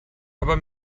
aber